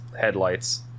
headlights